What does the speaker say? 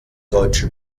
deutsche